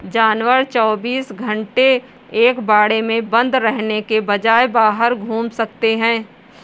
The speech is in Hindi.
जानवर चौबीस घंटे एक बाड़े में बंद रहने के बजाय बाहर घूम सकते है